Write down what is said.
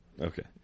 Okay